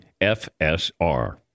FSR